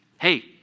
hey